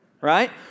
right